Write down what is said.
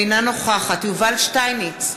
אינה נוכחת יובל שטייניץ,